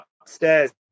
Upstairs